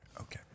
Okay